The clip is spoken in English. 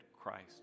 Christ